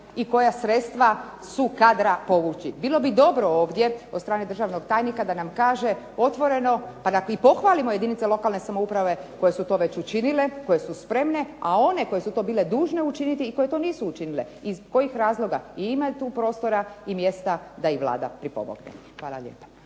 i koja sredstva su kadra povući. Bilo bi dobro ovdje od strane državnog tajnika da nam kaže otvoreno pa da i pohvalimo jedinice lokalne samouprave koje su to već učinile, koje su spremne, a one koje su to bile dužne učiniti i koje to nisu učinile iz kojih razloga. I ima tu prostora i mjesta da i Vlada pripomogne. Hvala lijepa.